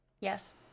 Yes